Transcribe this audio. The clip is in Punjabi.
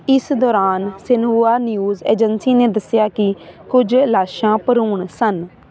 ਇਸ ਦੌਰਾਨ ਸਿਨਹੂਆ ਨਿਊਜ਼ ਏਜੰਸੀ ਨੇ ਦੱਸਿਆ ਕਿ ਕੁਝ ਲਾਸ਼ਾਂ ਭਰੂਣ ਸਨ